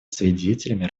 свидетелями